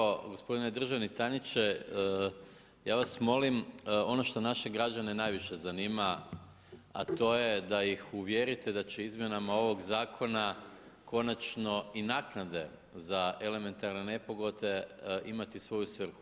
Hvala lijepo, gospodine državni tajniče, ja vas molim ono što naše građane najviše zanima, a to je da ih uvjerite da će izmjenama ovog zakona, konačno i naknade za elementarne nepogode imati svoju svrhu.